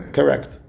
Correct